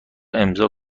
امضاء